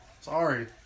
Sorry